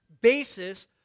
basis